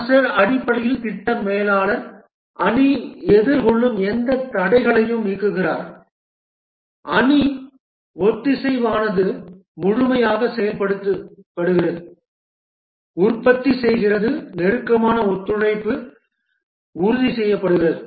scrum master அடிப்படையில் திட்ட மேலாளர் அணி எதிர்கொள்ளும் எந்த தடைகளையும் நீக்குகிறார் அணி ஒத்திசைவானது முழுமையாக செயல்படுகிறது உற்பத்தி செய்கிறது நெருக்கமான ஒத்துழைப்பு உறுதி செய்யப்படுகிறது